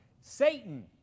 Satan